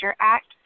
Act